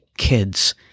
Kids